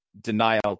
denial